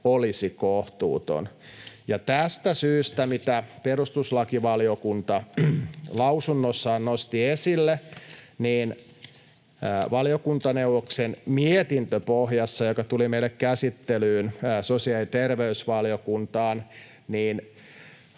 olisi kohtuutonta.” Tästä syystä, mitä perustuslakivaliokunta lausunnossaan nosti esille, valiokuntaneuvoksen mietintöpohjassa, joka tuli meille käsittelyyn sosiaali- ja terveysvaliokuntaan,